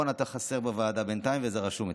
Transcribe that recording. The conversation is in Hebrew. רון, אתה חסר בוועדה בינתיים, וזה רשום אצלי.